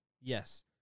Yes